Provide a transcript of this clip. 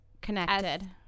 connected